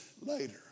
later